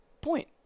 point